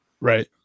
right